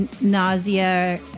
nausea